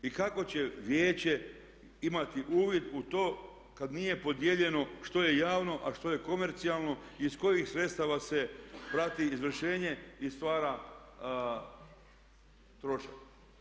I kako će vijeće imati uvid u to kad nije podijeljeno što je javno, a što je komercijalno i iz kojih sredstava se prati izvršenje i stvara trošak.